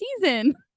season